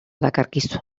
dakarkizu